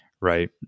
right